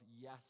yes